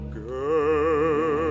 girl